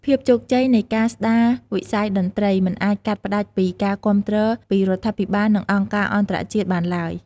ភាពជោគជ័យនៃការស្តារវិស័យតន្ត្រី មិនអាចកាត់ផ្តាច់ពី ការគាំទ្រពីរដ្ឋាភិបាល និងអង្គការអន្តរជាតិបានទ្បើយ។